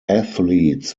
athletes